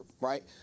right